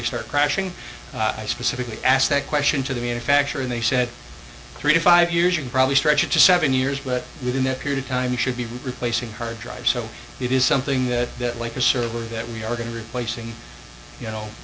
they start crashing i specifically asked that question to the manufacturer and they said three to five years and probably stretch it to seven years but within that period of time should be replacing hard drives so it is something that that like a server that we are going replacing you know